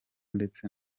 ndetse